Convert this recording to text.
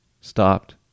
stopped